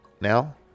now